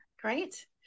great